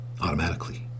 automatically